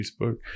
Facebook